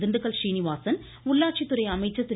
திண்டுக்கல் சீனிவாசன் உள்ளாட்சி துறைஅமைச்சர் திரு